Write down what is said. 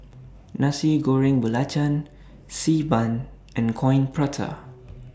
Nasi Goreng Belacan Xi Ban and Coin Prata